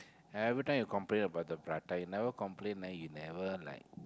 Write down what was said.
evertime you complain about the prata you never complain then you never like